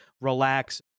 relax